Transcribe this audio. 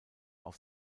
auf